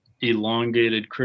elongated